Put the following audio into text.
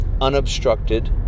unobstructed